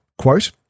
Quote